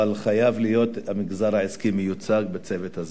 אבל המגזר העסקי חייב להיות מיוצג בצוות הזה.